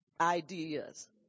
ideas